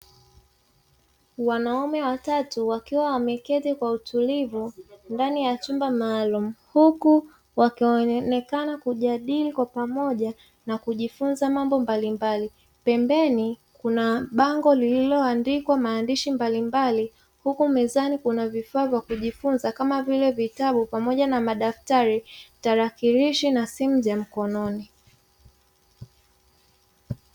Wanaume watatu wakiwa wameketi kwa utulivu ndani ya chumba maalumu, huku wakionekana kujadili kwa pamoja na kujifunza mambo mbalimbali. Pembeni kuna bango lililoandikwa maandishi mbalimbali, huku mezani kuna vifaa vya kujifunza kama vile vitabu pamoja na madaftari, tarakilishi na simu za mkononi.